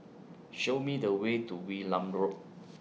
Show Me The Way to Wee Nam Road